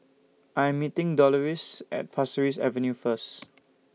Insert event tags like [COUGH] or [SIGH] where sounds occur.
I Am meeting Deloris At Pasir Ris Avenue First [NOISE]